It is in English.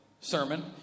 sermon